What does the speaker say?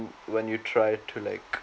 when you try to like